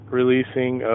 releasing